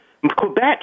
Quebec